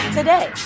today